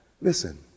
Listen